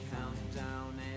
countdown